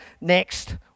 next